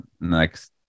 next